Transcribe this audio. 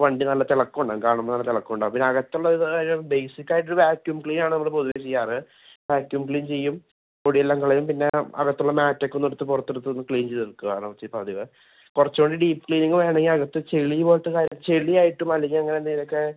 വണ്ടി നല്ല തിളക്കമുണ്ടാവും കാണുമ്പോൾ നല്ല തിളക്കമുണ്ടാവും പിന്നെ അകത്തുള്ള കാര്യം ബേസിക്കായിട്ടുള്ള വാക്വം ക്ളീനാണ് നമ്മൾ പൊതുവേ ചെയ്യാറ് വാക്യും ക്ലീൻ ചെയ്യും പൊടിയെല്ലാം കളയും പിന്നെ അകത്തുള്ള മാറ്റൊക്കെ ഒന്നെടുത്ത് പുറത്തെടുത്ത് ഒന്ന് ക്ലീൻ ചെയ്തെടുക്കുകയാണ് പതിവ് കുറച്ച് കൂടെ ഡീപ് ക്ലീനിങ്ങ് വേണെ അകത്ത് ചെളി പോലത്തെ കാര്യം ചെളിയായിട്ടും അല്ലെങ്കിൽ അങ്ങനെ എന്തെങ്കിലുമൊക്കെ